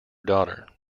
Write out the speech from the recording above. daughter